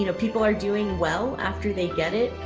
you know people are doing well after they get it.